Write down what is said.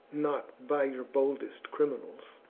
not by your boldest criminals.